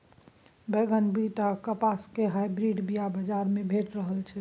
बैगन, बीट आ कपासक हाइब्रिड बीया बजार मे भेटि रहल छै